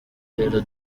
rero